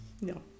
No